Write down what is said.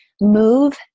Move